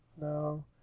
No